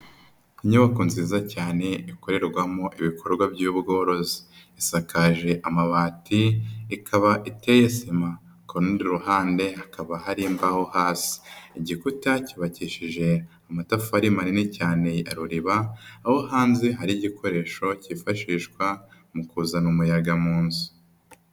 Inyubako nziza cyane ikorerwamo ibikorwa by'ubworozi, isakaje amabati ikaba iteye sima ku rundi ku ruhande hakaba hari imbaho hasi. Igikuta cyubakishije amatafari manini cyane ya ruriba. Aho hanze hari igikoresho kifashishwa mu kuzana umuyaga mu nzu.